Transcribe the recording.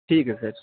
ٹھیک ہے سر